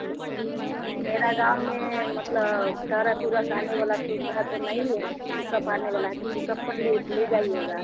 मे मेरा गाँव में मतलब टरक उरक आने वाला सुविधा तो नहीं है पिक अप आने वाला है त पिक अप पट ले ले जाइएगा